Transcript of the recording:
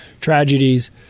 tragedies